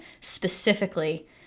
specifically